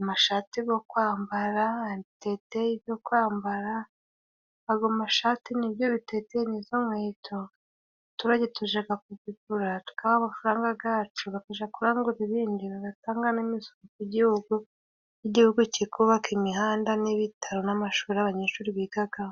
amashati go kwambara, ariteteyi yo kwambara. Ago mashati n'ibyo biteteyi n'izo nkweto abaturage tujaga kubigura, tukabaha amafaranga gacu, bakaja kurangura ibindi bagatanga n'imisoro ku gihugu, igihugu kikubaka imihanda n'ibitaro n'amashuri abanyeshuri bigagamo.